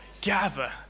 gather